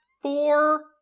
Four